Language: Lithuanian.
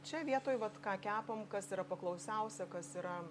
čia vietoj vat ką kepam kas yra paklausiausia kas yra